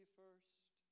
first